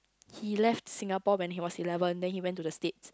he left Singapore when he was eleven then he went to the states